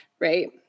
Right